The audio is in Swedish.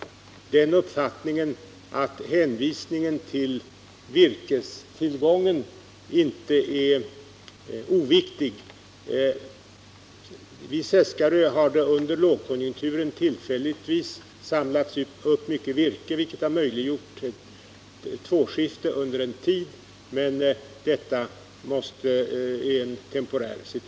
Jag har dock den uppfattningen att hänvisningen till virkestillgången inte är oviktig. Vid Seskarö har det under lågkonjunkturen tillfälligtvis samlats upp mycket virke, vilket under en viss tid möjliggjort tvåskifte. Men detta har endast varit någonting temporärt.